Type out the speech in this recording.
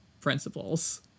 principles